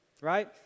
right